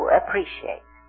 appreciate